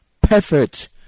perfect